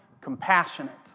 compassionate